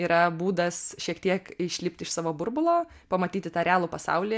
yra būdas šiek tiek išlipti iš savo burbulo pamatyti tą realų pasaulį